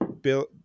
Bill